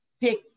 pick